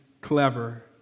clever